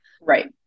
Right